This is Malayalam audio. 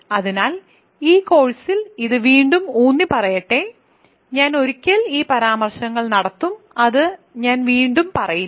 അതിനാൽ ഈ കോഴ്സിൽ ഇത് വീണ്ടും ഊന്നിപ്പറയട്ടെ ഞാൻ ഒരിക്കൽ ഈ പരാമർശങ്ങൾ നടത്തും ഞാൻ അത് വീണ്ടും പറയില്ല